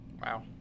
wow